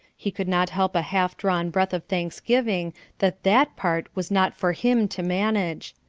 he could not help a half-drawn breath of thanksgiving that that part was not for him to manage.